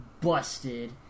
busted